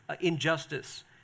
injustice